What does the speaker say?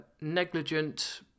negligent